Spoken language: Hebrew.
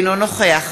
אינו נוכח